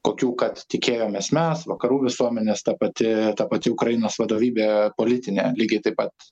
kokių kad tikėjomės mes vakarų visuomenės ta pati ta pati ukrainos vadovybė politinė lygiai taip pat